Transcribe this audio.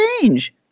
change